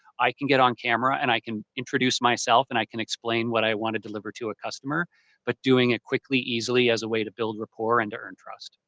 i can get on camera and i can introduce myself and i can explain what i want to deliver to a customer but doing it quickly, easily as a way to build rapport and to earn trust.